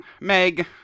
Meg